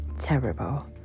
terrible